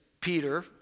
Peter